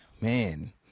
man